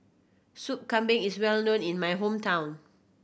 Soup Kambing is well known in my hometown